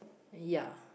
ya